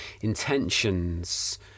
intentions